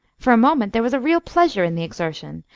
for a moment there was a real pleasure in the exertion.